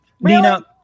Nina